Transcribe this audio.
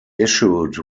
issued